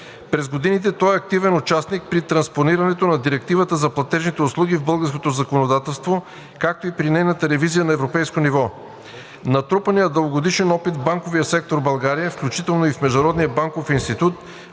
През годините той е активен участник при транспонирането на Директивата за платежните услуги в българското законодателство, както и при нейната ревизия на европейско ниво. Натрупаният дългогодишен опит в банковия сектор в България, включително и в Международния банков институт,